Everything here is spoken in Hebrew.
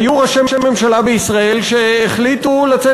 היו ראשי ממשלה בישראל שהחליטו לצאת